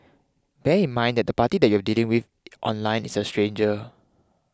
bear in mind that the party that you are dealing with online is a stranger